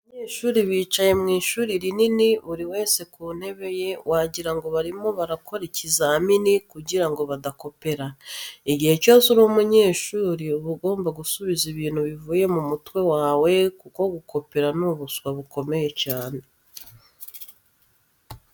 Abanyeshuri bicaye mu ishuri rinini buri wese ari ku ntebe ye wagira ngo barimo barakora ikizamini kugira ngo badakoperana. Igihe cyose uri umunyeshuri uba ugomba gusubiza ibintu bivuye mu mutwe wawe kuko gukopera ni ubuswa bukomeye cyane.